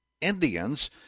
Indians